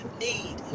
need